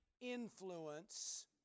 influence